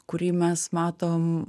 kurį mes matom